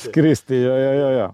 skristi jo jo jo jo